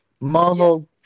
Marvel